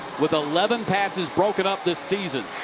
with eleven passes broken up this season.